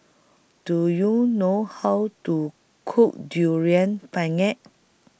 Do YOU know How to Cook Durian Pengat